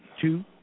two